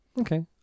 okay